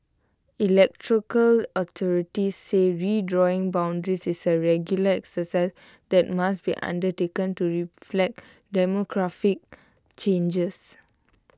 authorities say redrawing boundaries is A regular exercise that must be undertaken to reflect demographic changes